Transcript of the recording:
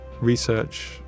research